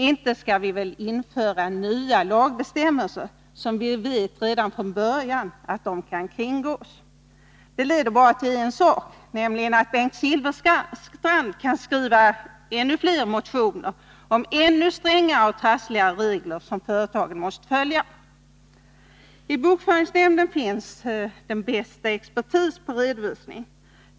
Inte skall vi väl införa nya lagbestämmelser som vi redan från början vet kan kringgås? Det leder bara till en sak, nämligen till att Bengt Silfverstrand kan skriva ännu fler motioner om ännu strängare och trassligare regler som företagen måste följa. I bokföringsnämnden finns den bästa expertisen när det gäller redovisning.